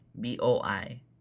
B-O-I